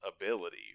ability